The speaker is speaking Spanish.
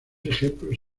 ejemplos